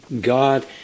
God